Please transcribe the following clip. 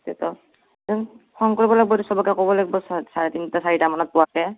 তাকেইতো phone phone কৰিব লাগিব চবকে ক'ব লাগিব চাৰে তিনিটা চাৰিটা মানত পোৱাকৈ